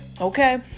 Okay